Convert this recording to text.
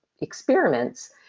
experiments